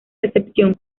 recepción